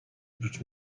prócz